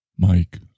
Mike